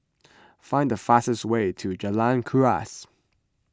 find the fastest way to Jalan Kuras